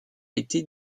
été